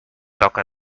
toca